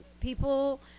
people